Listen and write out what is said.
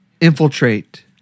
infiltrate